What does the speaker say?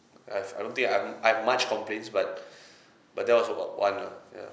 I've I don't think I'm I've much complaints but but that was about one lah ya